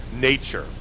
nature